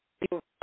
people